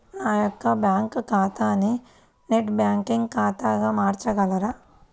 నా యొక్క బ్యాంకు ఖాతాని నెట్ బ్యాంకింగ్ ఖాతాగా మార్చగలరా?